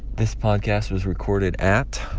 this podcast was recorded at.